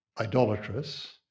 idolatrous